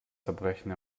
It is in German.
zerbrechen